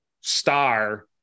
star